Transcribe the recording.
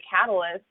catalyst